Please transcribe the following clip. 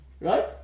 right